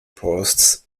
posts